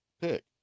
pick